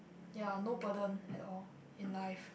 ya no burden at all in life